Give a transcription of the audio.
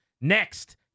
Next